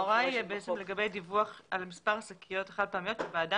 ההוראה היא לגבי דיווח על מספר השקיות החד פעמיות שבעדן